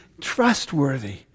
trustworthy